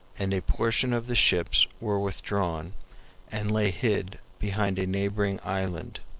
and a portion of the ships were withdrawn and lay hid behind a neighboring island.